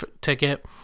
ticket